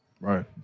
Right